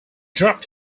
dropped